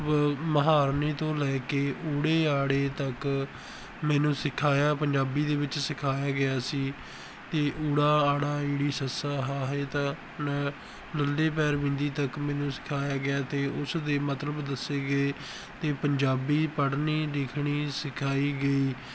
ਮੁਹਾਰਨੀ ਤੋਂ ਲੈ ਕੇ ਊੜੇ ਆੜੇ ਤੱਕ ਮੈਨੂੰ ਸਿਖਾਇਆ ਪੰਜਾਬੀ ਦੇ ਵਿੱਚ ਸਿਖਾਇਆ ਗਿਆ ਸੀ ਅਤੇ ਊੜਾ ਆੜਾ ਈੜੀ ਸਸਾ ਹਾਹ ਇਹ ਤਾਂ ਨ ਲਲੇ ਪੈਰ ਬਿੰਦੀ ਤੱਕ ਮੈਨੂੰ ਸਿਖਾਇਆ ਗਿਆ ਅਤੇ ਉਸ ਦੇ ਮਤਲਬ ਦੱਸੇ ਗਏ ਅਤੇ ਪੰਜਾਬੀ ਪੜ੍ਹਨੀ ਲਿਖਣੀ ਸਿਖਾਈ ਗਈ